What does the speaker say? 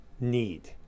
need